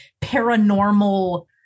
paranormal